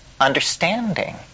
understanding